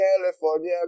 California